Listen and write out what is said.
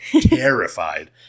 terrified